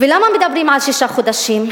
ולמה מדברים על שישה חודשים,